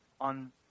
on